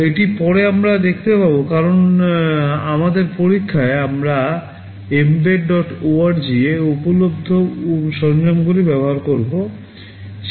এটি আমরা পরে দেখতে পাব কারণ আমাদের পরীক্ষায় আমরা mbedorg এ উপলব্ধ সরঞ্জামগুলি ব্যবহার করব